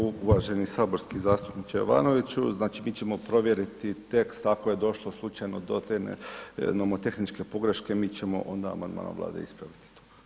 Hvala lijepo uvaženi saborski zastupniče Jovanović, znači mi ćemo provjeriti tekst ako je došlo slučajno do te nomotehničke pogreške mi ćemo onda amandmanom Vlade ispraviti.